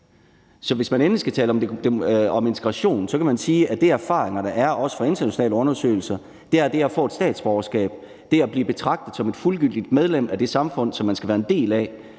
Så hvis man endelig skal tale om integration, kan man sige, at de erfaringer, der er, også fra internationale undersøgelser, er, at det at få et statsborgerskab og det at blive betragtet som et fuldgyldigt medlem af det samfund, som man skal være en del af,